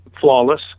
flawless